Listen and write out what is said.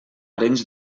arenys